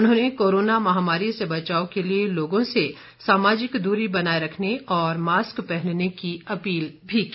उन्होंने कोरोना महामारी से बचाव के लिए लोगों से सामाजिक दूरी बनाए रखने और मास्क पहनने की अपील भी की